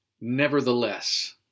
nevertheless